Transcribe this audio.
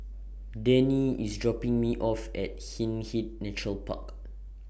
Denny IS dropping Me off At Hindhede Nature Park